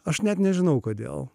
aš net nežinau kodėl